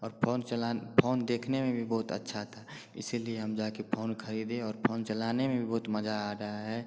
और फ़ोन चलान फ़ोन देखने में भी बहुत अच्छा था इसलिए हम जाकर फ़ोन ख़रीदे और फ़ोन चलाने में भी बहुत मज़ा आ रहा है